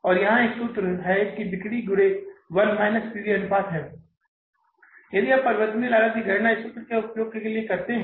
और यहाँ यह सूत्र है कि बिक्री गुणे 1 minus P V अनुपात है आप परिवर्तनीय लागत की गणना के लिए इस सूत्र का उपयोग कर सकते हैं